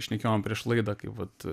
šnekėjom prieš laidą kai vat